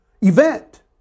event